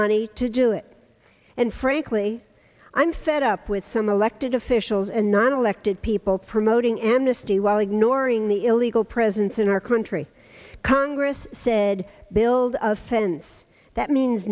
money to do it and frankly i'm fed up with some elected officials and non elected people promoting amnesty while ignoring the illegal presence in our country congress said build a fence that means